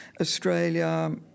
Australia